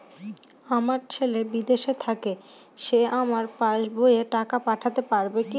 আমার ছেলে বিদেশে থাকে সে আমার পাসবই এ টাকা পাঠাতে পারবে কি?